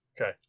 okay